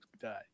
die